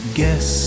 guess